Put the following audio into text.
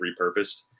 repurposed